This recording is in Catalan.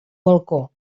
balcó